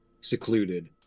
secluded